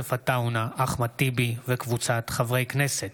יוסף עטאונה, אחמד טיבי וקבוצת חברי הכנסת.